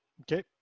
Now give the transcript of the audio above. Okay